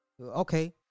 okay